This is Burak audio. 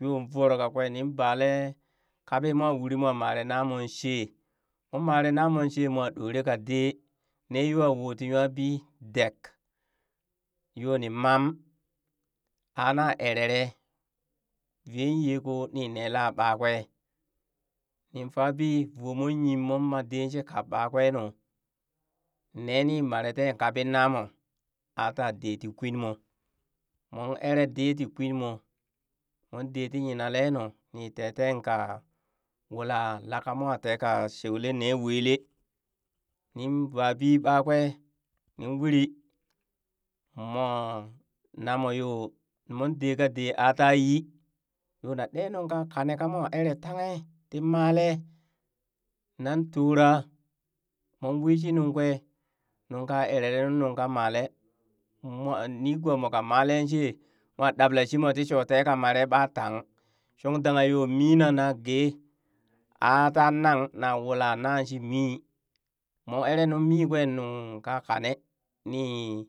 Yoo voro kakwee nin balee kpaɓi moo uri mwa maree namon shee, moon mare na moon shee mwa ɗoree ka dee nee yoo a wuu tii nwabii dek, yoo ni mam aa na erere vee yee koo nii nee la ɓakwee nin faabii voo mon yim mon ma de shii kpab ɓakwenu neninmare teen kpaɓi namoo a taa dee tii kwinmoo moon eree dee tii kwinmoo mong dee ti nyinale nu, ni teteen ka wula laka mwa teka sheule nee weleee nin babii ɓakwee nin uri moo nah moo yoo moon dee kadee yoo ata yi yoo na ɗee ka kane ka mwa ere tanghe ti malee nan tooraa moon wishi nungkwee nuŋ ka erere nung ka malee mwa nigoomo ka malee shee mwa ɗabla shi mo ti shoo ti tee ka maree ɓaa tang shong dangha yoo mii na na ge ata nang na wula na shi mii, mon erenu mi kwe nung ka kane nii